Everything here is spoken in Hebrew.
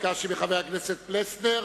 חבר הכנסת פלסנר,